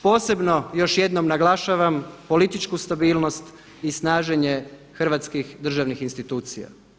Posebno još jednom naglašavam političku stabilnost i snaženje hrvatskih državnih institucija.